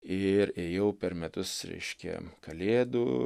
ir ėjau per metus reiškia kalėdų